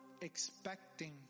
expecting